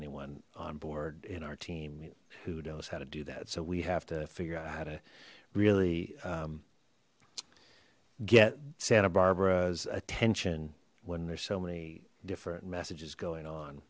anyone on board in our team who knows how to do that so we have to figure out how to really get santa barbara's attention when there's so many different messages going on